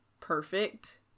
perfect